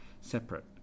separate